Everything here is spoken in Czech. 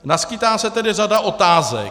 Naskýtá se tedy řada otázek.